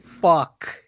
fuck